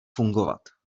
fungovat